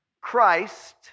Christ